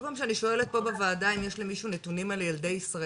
כל פעם שאני שואלת פה בוועדה אם יש למישהו נתונים על ילדי ישראל,